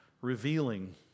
revealing